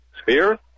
Spear